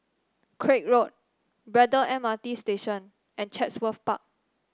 Craig Road Braddell M R T Station and Chatsworth Park